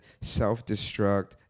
self-destruct